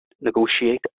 negotiate